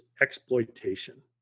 exploitation